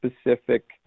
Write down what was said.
specific